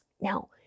Now